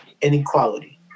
inequality